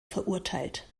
verurteilt